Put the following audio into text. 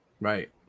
Right